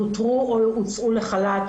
פוטרו או הוצאו לחל"ת,